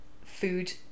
food